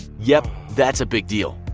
yep, that's a big deal.